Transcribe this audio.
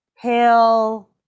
Pale